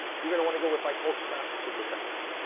you're gonna wanna go with like ultra fast or super fast.